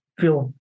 feel